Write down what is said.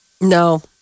No